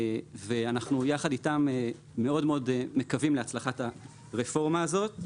יחד איתם אנחנו מאוד מקווים להצלחת הרפורמה הזאת.